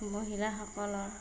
মহিলাসকলৰ